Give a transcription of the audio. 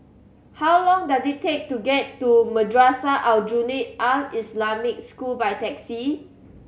how long does it take to get to Madrasah Aljunied Al Islamic School by taxi